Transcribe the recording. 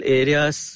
areas